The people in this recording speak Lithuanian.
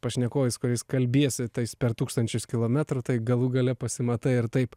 pašnekovais su kuriais kalbiesi tais per tūkstančius kilometrų tai galų gale pasimatai ir taip